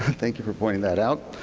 thank you for pointing that out.